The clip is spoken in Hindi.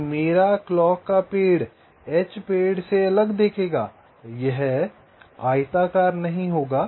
तो मेरा क्लॉक का पेड़ एच पेड़ से अलग दिखेगा यह आयताकार नहीं होगा